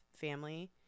family